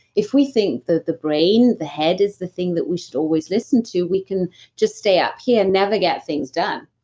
if we think that the brain, the head is the thing that we should always listen to, we can just stay up here, never get things done.